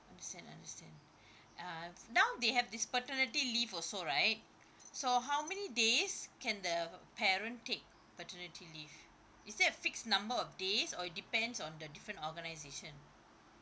understand understand uh now they have this paternity leave also right so how many days can the parent take paternity leave is there a fixed number of days or it depends on the different organisation